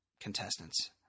contestants